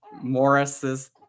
Morris's